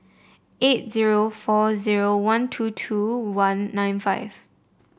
eight zero four zeroone two two one nine five